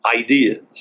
ideas